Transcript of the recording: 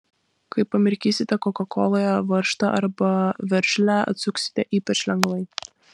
kai pamirkysite kokakoloje varžtą arba veržlę atsuksite ypač lengvai